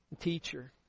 teacher